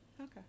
Okay